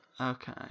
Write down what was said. Okay